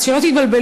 אז שלא תתבלבלו,